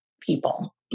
people